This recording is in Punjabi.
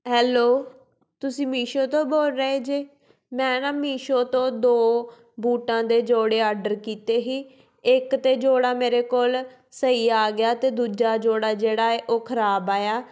ਹੈਲੋ ਤੁਸੀਂ ਮੀਸ਼ੋ ਤੋਂ ਬੋਲ ਰਹੇ ਜੇ ਮੈਂ ਨਾ ਮੀਸ਼ੋ ਤੋਂ ਦੋ ਬੂਟਾਂ ਦੇ ਜੋੜੇ ਆਡਰ ਕੀਤੇ ਸੀ ਇੱਕ ਤਾਂ ਜੋੜਾ ਮੇਰੇ ਕੋਲ ਸਹੀ ਆ ਗਿਆ ਅਤੇ ਦੂਜਾ ਜੋੜਾ ਜਿਹੜਾ ਹੈ ਉਹ ਖ਼ਰਾਬ ਆਇਆ